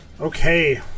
Okay